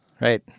Right